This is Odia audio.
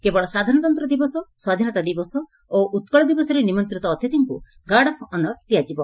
କେବଳ ସାଧାରଣତନ୍ତ ଦିବସ ସ୍ୱାଧୀନତା ଦିବସ ଏବଂ ଉକ୍କଳ ଦିବସରେ ନିମନ୍ତିତ ଅତିଥିଙ୍କୁ 'ଗାର୍ଡ଼ ଅଫ୍ ଅନର' ଦିଆଯିବ